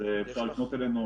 אפשר לפנות אלינו.